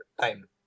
time